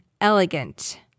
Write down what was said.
elegant